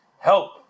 help